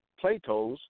Plato's